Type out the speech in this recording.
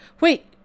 wait